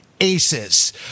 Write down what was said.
aces